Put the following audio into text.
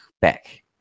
back